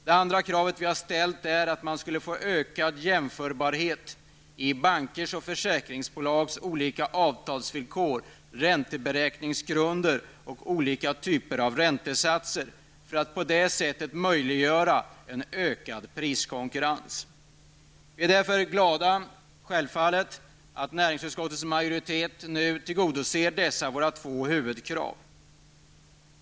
Vårt andra krav är att det skulle bli ökad jämförbarhet i bankers och försäkringsbolags olika avtalsvillkor, ränteberäkningsgrunder och olika typer av räntesatser för att på det sättet möjliggöra en ökad priskonkurrens. Vi är självfallet glada över att näringsutskottets majoritet tillgodoser dessa våra två huvudkrav.